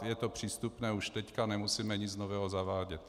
Je to přístupné už teď, nemusíme nic nového zavádět.